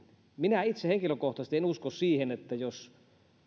minä itse henkilökohtaisesti en usko siihen että